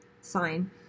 sign